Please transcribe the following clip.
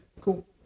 cool